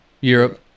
Europe